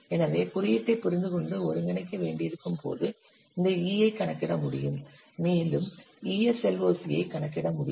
எனவே குறியீட்டைப் புரிந்துகொண்டு ஒருங்கிணைக்க வேண்டியிருக்கும் போது இந்த E ஐ கணக்கிட முடியும் மேலும் ESLOC ஐ கணக்கிட முடியும்